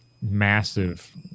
massive